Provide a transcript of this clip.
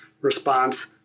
response